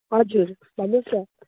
हजुर भन्नुहोस् न